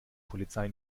polizei